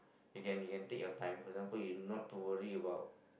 you can you can take your time for example you not to worry about